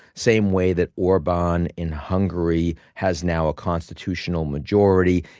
same way that orban in hungary has now a constitutional majority.